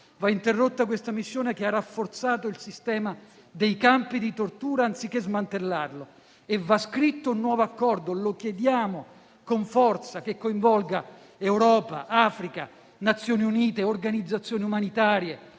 va interrotta questa missione, che ha rafforzato il sistema dei campi di tortura, anziché smantellarlo. Va scritto un nuovo accordo - lo chiediamo con forza - che coinvolga Europa, Africa, Nazioni Unite, organizzazioni umanitarie,